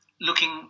looking